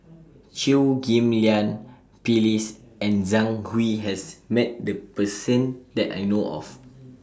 Chew Ghim Lian Phyllis and Zhang Hui has Met The Person that I know of